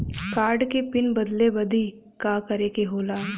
Card क PIN बदले बदी का करे के होला?